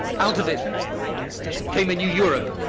out of it came a new europe,